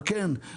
על כן,